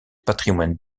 patrimoine